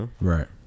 Right